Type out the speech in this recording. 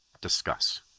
discuss